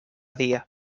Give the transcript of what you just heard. dia